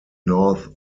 north